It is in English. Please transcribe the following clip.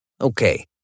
Okay